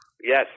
Yes